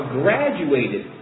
graduated